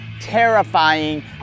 terrifying